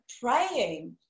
praying